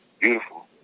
beautiful